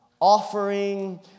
Offering